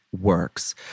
works